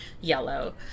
yellow